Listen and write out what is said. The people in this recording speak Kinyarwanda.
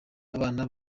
abana